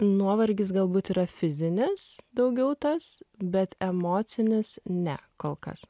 nuovargis galbūt yra fizinis daugiau tas bet emocinis ne kol kas